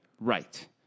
Right